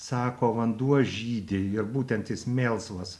sako vanduo žydi ir būtent jis melsvas